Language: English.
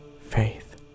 faith